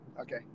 Okay